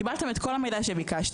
קיבלתם את כל המידע שביקשתם.